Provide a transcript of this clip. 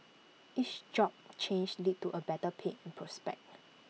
each job change lead to A better pay and prospects